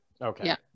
Okay